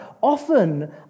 often